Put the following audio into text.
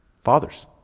fathers